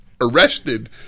arrested